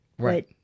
Right